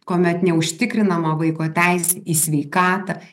kuomet neužtikrinama vaiko teisė į sveikatą